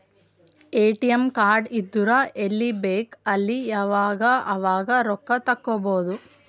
ATM card ಇದ್ದುರ್ ಎಲ್ಲಿ ಬೇಕ್ ಅಲ್ಲಿ ಯಾವಾಗ್ ಅವಾಗ್ ರೊಕ್ಕಾ ತೆಕ್ಕೋಭೌದು